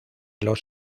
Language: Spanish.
los